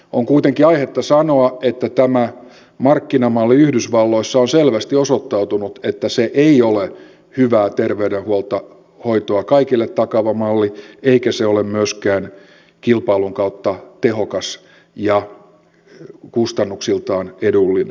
on kuitenkin aihetta sanoa että tämä markkinamalli yhdysvalloissa on selvästi osoittanut että se ei ole hyvää terveydenhoitoa kaikille takaava malli eikä se ole myöskään kilpailun kautta tehokas ja kustannuksiltaan edullinen